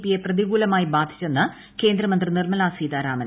P യെ പ്രതികൂലമായി ബാധിച്ചെന്ന് കേന്ദ്രമന്ത്രി നിർമ്മല സീതാരാമൻ